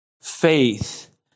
faith